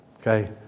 Okay